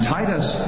Titus